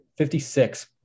56